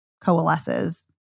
coalesces